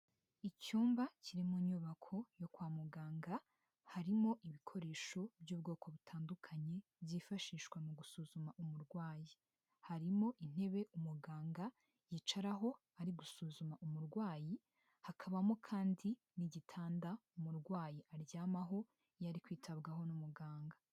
Icyumba kiri mu nyubako yo kwa muganga, harimo ibikoresho by'ubwoko butandukanye byifashishwa mu gusuzuma umurwayi, harimo intebe umuganga yicaraho ari gusuzuma umurwayi hakabamo kandi n'igitanda umurwayi aryamaho iyo ari kwitabwaho n'umuganga.